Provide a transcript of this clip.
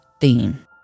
theme